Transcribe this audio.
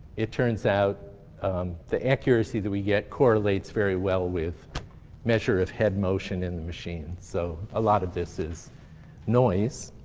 it turns out the accuracy that we get correlates very well with measure of head motion in the machine. so a lot of this is noise.